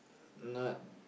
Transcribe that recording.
not